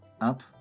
up